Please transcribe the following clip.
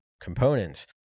components